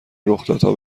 رخدادها